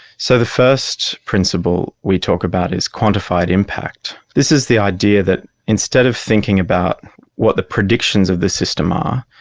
so the first principle we talk about is quantified impact. this is the idea that instead of thinking about what the predictions of this system ah